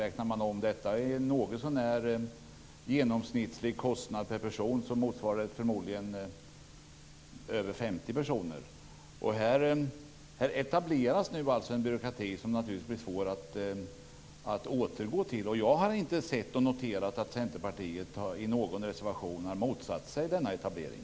Räknar man om det i något så när genomsnittlig kostnad per person motsvarar det förmodligen över 50 personer. Här etableras alltså en byråkrati som det naturligtvis blir svårt att återgå från. Jag har inte noterat att Centerpartiet i någon reservation har motsatt sig denna etablering.